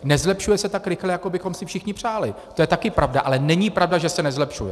Nezlepšuje se tak rychle, jak bychom si všichni přáli, to je taky pravda, ale není pravda, že se nezlepšuje.